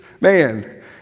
man